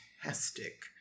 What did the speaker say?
fantastic